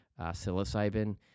psilocybin